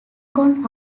kong